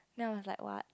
then I was like what